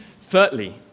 Thirdly